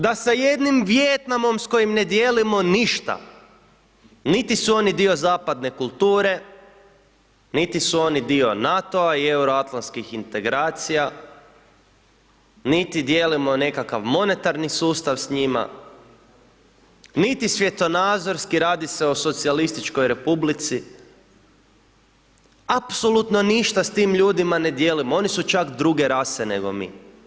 Da sa jednim Vijetnamom s kojim ne dijelimo ništa, niti su oni dio zapadne kulture, niti su oni dio NATO-a i Euroatlantskih integracija niti dijelimo nekakav monetarni sustav s njima, niti svjetonazorski, radi se o socijalističkoj republici, apsolutno ništa s tim ljudima ne dijelimo, oni su čak druge rase nego mi.